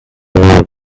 other